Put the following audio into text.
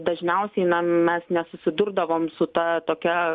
dažniausiai na mes nesusidurdavom su ta tokia